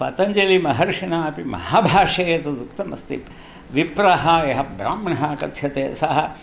पतञ्जलिमहर्षिणा अपि महाभाष्ये एतदुक्तमस्ति विप्रः यः ब्राह्मणः कथ्यते सः